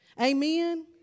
Amen